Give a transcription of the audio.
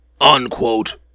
unquote